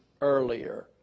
earlier